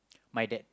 my dad